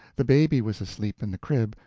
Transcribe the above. the baby was asleep in the crib,